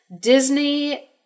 Disney